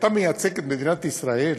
אתה מייצג את מדינת ישראל,